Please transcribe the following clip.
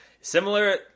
similar